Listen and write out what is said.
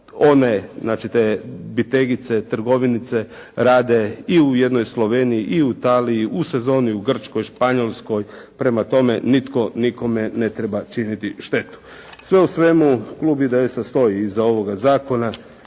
one, znači te bitegice, trgovinice rade i u jednoj Sloveniji, i u Italiji, u sezoni u Grčkoj, Španjolskoj, prema tome nitko nikome ne treba činiti štetu. Sve u svemu klub IDS-a stoji iza ovoga zakona,